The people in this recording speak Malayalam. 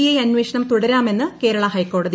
ഐ അന്വേഷണം തുടരാമെന്ന് കേരള ഹൈക്കോടതി